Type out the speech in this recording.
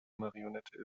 marionette